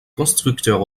constructeur